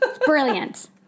Brilliant